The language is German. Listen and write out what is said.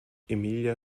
emilia